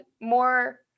more